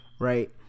right